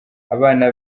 abana